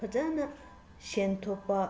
ꯐꯖꯅ ꯁꯦꯟ ꯊꯣꯛꯄ